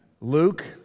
Luke